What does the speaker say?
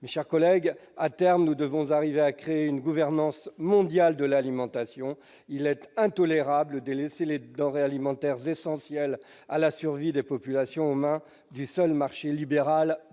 mais, chers collègues, à terme, nous devons arriver à créer une gouvernance mondiale de l'alimentation, il est intolérable délaissé les denrées alimentaires essentiels à la survie des populations aux mains du seul marché libéral puissant,